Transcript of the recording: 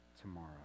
tomorrow